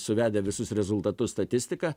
suvedę visus rezultatus statistiką